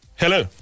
Hello